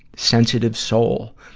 sensitive soul,